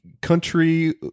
country